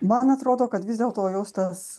man atrodo kad vis dėlto jos tas